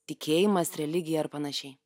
tikėjimas religija ar panašiai